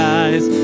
eyes